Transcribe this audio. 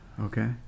Okay